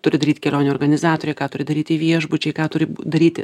turi daryt kelionių organizatoriai ką turi daryti viešbučiai ką turi daryti